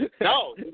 No